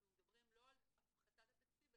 אנחנו מדברים לא על הפחתת התקציב,